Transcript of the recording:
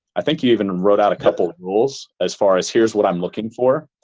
i think you even wrote out a couple of rules as far as here's what i'm looking for.